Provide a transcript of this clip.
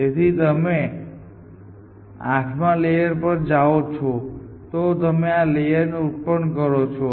તેથી જો તમે આઠમા લેયર પર જાઓ છો તો તમે આ લેયર ઉત્પન્ન કરો છો